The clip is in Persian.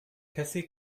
کسی